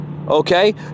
Okay